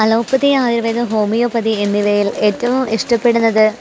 allopathy ആയുർവേദം homeopathy എന്നിവയിൽ ഏറ്റവും ഇഷ്ടപ്പെടുന്നത്